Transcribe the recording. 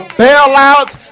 bailouts